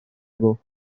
ago